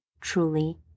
truly